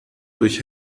durch